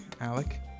Alec